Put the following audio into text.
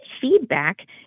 feedback